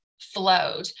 flowed